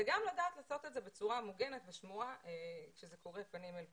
וגם לדעת לעשות את זה בצורה מוגנת ושמורה כשזה קורה פנים אל פנים.